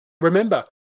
Remember